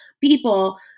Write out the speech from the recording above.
people